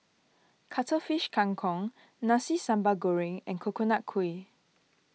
Cuttlefish Kang Kong Nasi Sambal Goreng and Coconut Kuih